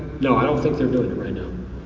no i don't think they're doing it right now.